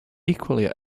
equally